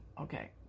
Okay